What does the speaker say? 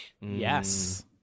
Yes